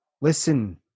Listen